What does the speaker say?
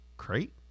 Crate